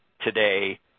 today